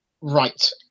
Right